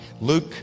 Luke